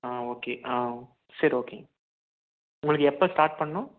ஆ okay ஆ சரி ஓகேங்க உங்களுக்கு எப்போ ஸ்டாட் பண்ணணும்